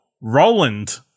Roland